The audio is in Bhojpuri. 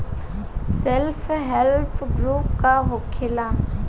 सेल्फ हेल्प ग्रुप का होखेला?